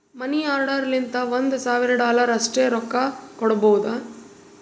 ಮನಿ order ಲಿಂತ ಒಂದ್ ಸಾವಿರ ಡಾಲರ್ ಅಷ್ಟೇ ರೊಕ್ಕಾ ಕೊಡ್ಬೋದ